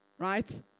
Right